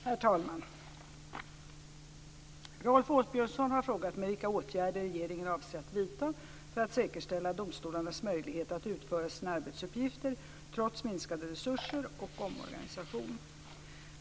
Herr talman! Rolf Åbjörnsson har frågat mig vilka åtgärder regeringen avser att vidta för att säkerställa domstolarnas möjligheter att utföra sina arbetsuppgifter trots minskade resurser och omorganisationer.